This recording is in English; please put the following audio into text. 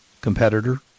competitor